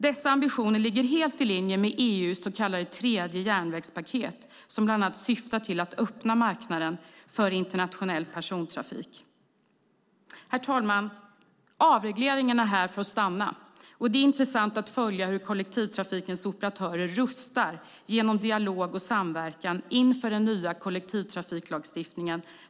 Dessa ambitioner ligger helt i linje med EU:s så kallade tredje järnvägspaket, som bland annat syftar till att öppna marknaden för internationell persontrafik. Avregleringen är här för att stanna, och det är intressant att följa hur kollektivtrafikens operatörer rustar genom dialog och samverkan inför den nya kollektivtrafiklagstiftningen.